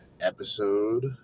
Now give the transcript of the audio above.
episode